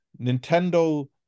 Nintendo